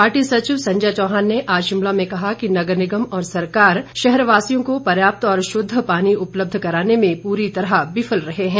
party सचिव संजय चौहान ने आज शिमला में कहा कि नगर निगम और सरकार शहरवासियों को पर्याप्त और शुद्ध पानी उपलब्ध करवाने में पूरी तरह विफल रहे हैं